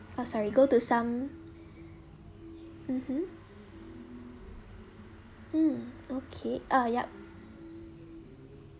oh sorry go to some mmhmm mm okay uh yup